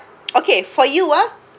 okay for you ah